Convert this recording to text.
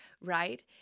right